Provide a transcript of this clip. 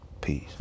Peace